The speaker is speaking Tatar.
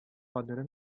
кадерен